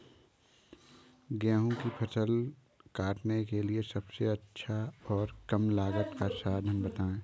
गेहूँ की फसल काटने के लिए सबसे अच्छा और कम लागत का साधन बताएं?